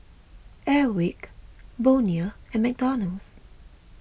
Airwick Bonia and McDonald's